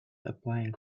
applying